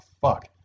fuck